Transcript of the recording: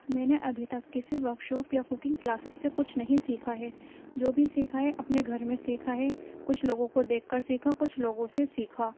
میں نے ابھی تک کسی ورک شاپ یا ککنگ کلاسیز سے کچھ نہیں سیکھا ہے جو بھی سیکھا ہے اپنے گھر میں سیکھا ہے کچھ لوگوں کو دیکھ کر سیکھا کچھ لوگوں سے سیکھا